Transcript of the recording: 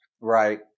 Right